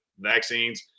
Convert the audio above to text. vaccines